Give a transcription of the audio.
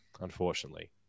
unfortunately